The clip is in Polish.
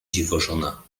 dziwożona